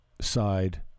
side